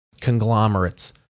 conglomerates